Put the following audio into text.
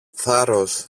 θάρρος